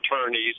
attorneys